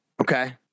Okay